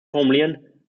formulieren